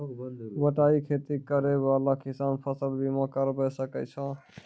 बटाई खेती करै वाला किसान फ़सल बीमा करबै सकै छौ?